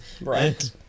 Right